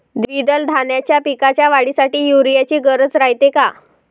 द्विदल धान्याच्या पिकाच्या वाढीसाठी यूरिया ची गरज रायते का?